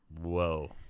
whoa